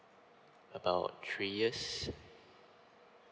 about three years